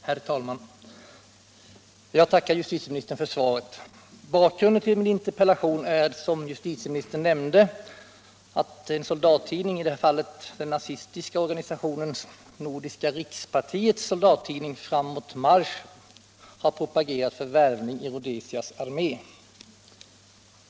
Herr talman! Jag tackar justitieministern för svaret. Bakgrunden till min interpellation är, som justitieministern nämnde, att en soldattidning — i detta fall den nazistiska organisationen nordiska rikspartiets stenciltidning Framåt marsch — har propagerat för värvning i Rhodesias armé.